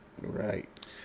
Right